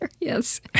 yes